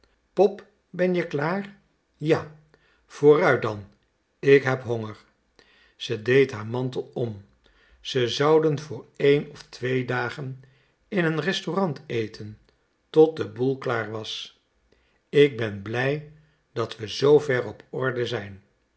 pop ben je klaar a vooruit dan ik heb honger ze deed haar mantel om ze zouden voor een of twee dagen in een restaurant eten tot de boel klaar was k ben blij dat we zoover op orde zijn